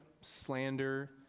slander